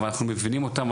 אבל אנחנו מבינים אותם,